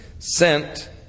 Sent